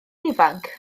ifanc